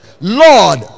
Lord